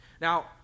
Now